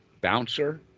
bouncer